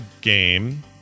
game